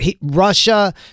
russia